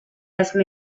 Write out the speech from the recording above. asked